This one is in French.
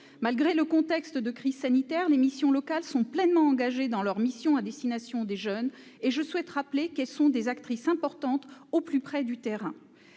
Malgré le contexte de crise sanitaire, les missions locales sont pleinement engagées dans leur mission à destination des jeunes et je souhaite rappeler qu'elles sont des actrices importantes au plus près du terrain.